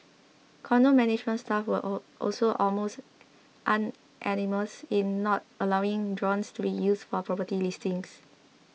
condo management staff were all also almost unanimous in not allowing drones to be used for property listings